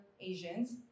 Asians